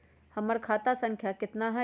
हमर खाता संख्या केतना हई?